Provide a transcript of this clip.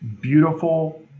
beautiful